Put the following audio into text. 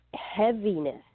heaviness